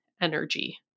energy